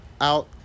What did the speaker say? out